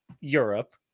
Europe